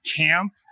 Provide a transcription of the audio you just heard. camp